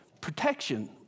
protection